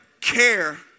Care